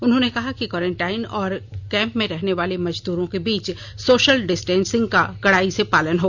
उन्होंने कहा कि क्वारेंटाइन और कैंप में रहने वाले मजदूरों के बीच सोशल डिस्टेंसिंग का कड़ाई से पालन हो